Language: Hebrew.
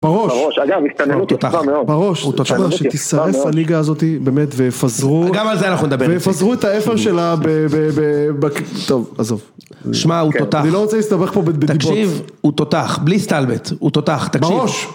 בראש, אגב הסתננות... בראש, תשמע שתשרף הליגה הזאת באמת ויפזרו... גם על זה אנחנו נדבר. ויפזרו את האפר שלה ב... טוב, עזוב, שמע, הוא תותח. אני לא רוצה להסתבך פה. תקשיב, הוא תותח, בלי סטלבט, הוא תותח, תקשיב. בראש.